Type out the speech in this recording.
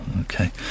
Okay